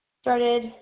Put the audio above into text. started